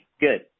Good